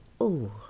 Oh